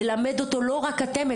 ללמד אותו לא רק אתם,